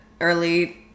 early